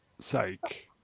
sake